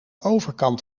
overkant